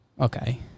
okay